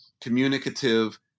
communicative